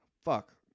Fuck